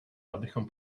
abychom